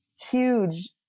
huge